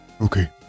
Okay